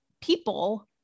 people